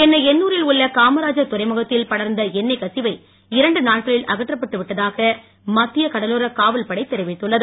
சென்னை எண்ணுரில் உள்ள காமராஜர் துறைமுகத்தில் படர்ந்த எண்ணெய் கசிவை இரண்டு நாட்களில் அகற்றப்பட்டு விட்டதாக இந்திய கடலோர காவல்படை தெரிவித்துள்ளது